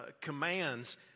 commands